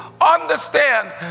understand